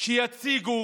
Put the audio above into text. שיציגו